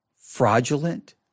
fraudulent